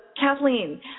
Kathleen